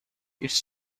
its